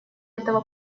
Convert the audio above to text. этого